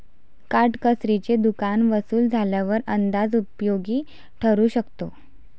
काटकसरीचे दुकान वसूल झाल्यावर अंदाज उपयोगी ठरू शकतो